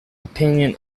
opinion